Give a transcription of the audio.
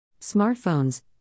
Smartphones